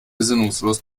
besinnungslos